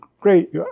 great